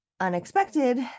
unexpected